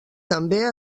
també